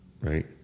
right